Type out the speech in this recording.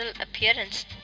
appearance